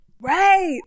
right